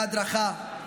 בהדרכה,